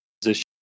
position